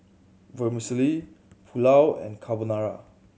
Vermicelli Pulao and Carbonara